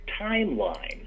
timeline